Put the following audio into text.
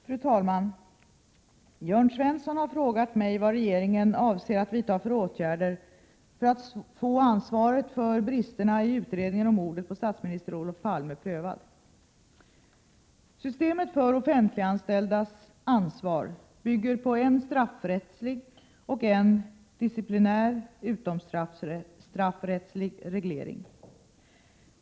Fru talman! Jörn Svensson har frågat mig vad regeringen avser att vidta för åtgärder för att få ansvaret för bristerna i utredningen om mordet på statsminister Olof Palme prövat. Systemet för offentliganställdas ansvar bygger på en straffrättslig och en disciplinär utomstraffrättslig reglering.